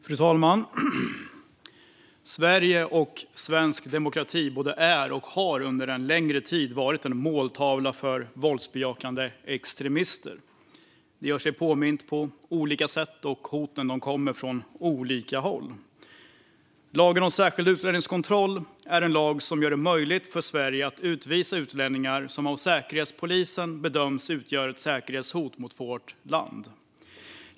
Fru talman! Sverige och svensk demokrati både är och har under en längre tid varit en måltavla får våldsbejakande extremister. Det gör sig påmint på olika sätt, och hoten kommer från olika håll. Lagen om särskild utlänningskontroll är en lag som gör det möjligt för Sverige att utvisa utlänningar som av Säkerhetspolisen bedöms utgöra ett säkerhetshot mot vårt land.